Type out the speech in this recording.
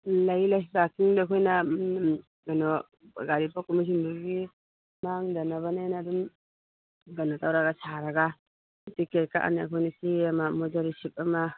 ꯂꯩ ꯂꯩ ꯄꯥꯛꯀꯤꯡꯗꯣ ꯑꯩꯈꯣꯏꯅ ꯀꯩꯅꯣ ꯒꯥꯔꯤ ꯄꯨꯔꯛꯄ ꯃꯤꯁꯤꯡꯗꯨꯒꯤ ꯃꯥꯡꯗꯅꯕꯅꯦꯅ ꯑꯗꯨꯝ ꯀꯩꯅꯣ ꯇꯧꯔꯒ ꯁꯥꯔꯒ ꯇꯤꯀꯦꯠ ꯀꯀꯑꯅꯤ ꯑꯩꯈꯣꯏꯅ ꯆꯦ ꯑꯃ ꯃꯗꯨ ꯔꯤꯁꯤꯞ ꯑꯃ